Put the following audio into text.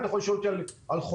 אתה יכול לשאול אותי על ירושלים,